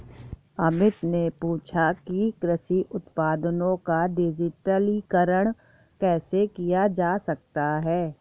अमित ने पूछा कि कृषि उत्पादों का डिजिटलीकरण कैसे किया जा सकता है?